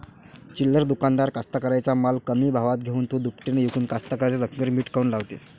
चिल्लर दुकानदार कास्तकाराइच्या माल कमी भावात घेऊन थो दुपटीनं इकून कास्तकाराइच्या जखमेवर मीठ काऊन लावते?